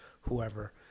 whoever